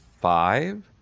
five